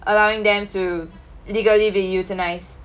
allowing them to legally be euthanize